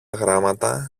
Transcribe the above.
γράμματα